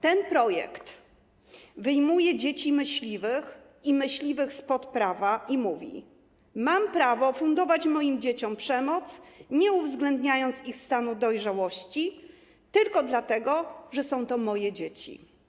Ten projekt wyjmuje dzieci myśliwych i myśliwych spod prawa i pozwala mówić: mam prawo fundować swoim dzieciom przemoc, nie uwzględniając ich stanu dojrzałości, tylko dlatego, że są to moje dzieci.